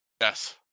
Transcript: Yes